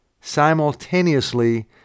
Simultaneously